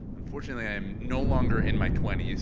unfortunately i am no longer in my twenty s.